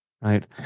right